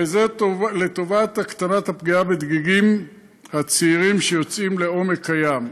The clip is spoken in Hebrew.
וזה לטובת הקטנת הפגיעה בדגיגים הצעירים שיוצאים לעומק הים.